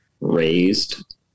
raised